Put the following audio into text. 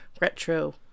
retro